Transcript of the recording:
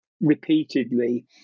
repeatedly